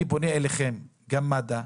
אני פונה אליכם, מד"א,